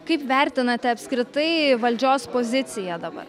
kaip vertinate apskritai valdžios poziciją dabar